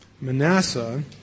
Manasseh